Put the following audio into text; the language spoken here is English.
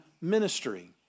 ministry